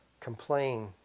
complain